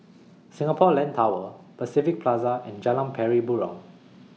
Singapore Land Tower Pacific Plaza and Jalan Pari Burong